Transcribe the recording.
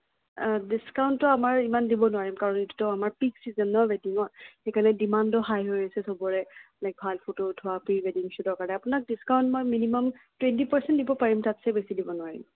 ডিস্কাউণ্টটো আমাৰ ইমান দিব নোৱাৰিম কাৰণ এইটোতো আমাৰ পিক চিজন ন ৱেডিংৰ সেইকাৰণে ডিমাণ্ডো হাই হৈ আছে সবৰে লাইক ভাল ফটো উঠোৱা প্ৰি ৱেডিং শ্বুটৰ কাৰণে আপোনাক ডিস্কাউন্ট মই মিনিমান টুৱেণ্টি পাৰ্চেণ্ট দিব পাৰিম তাতকৈ বেছি দিব নোৱাৰিম